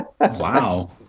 Wow